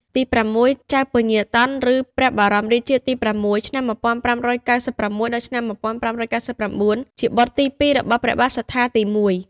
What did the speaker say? ទីប្រាំមួយ ចៅពញាតន់ ឬ ព្រះបរមរាជាទី៦ (ឆ្នាំ ១៥៩៦-១៥៩៩) ជាបុត្រទី ២ របស់ព្រះបាទសត្ថាទី១។